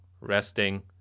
resting